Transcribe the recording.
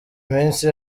minsi